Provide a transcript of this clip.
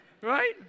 Right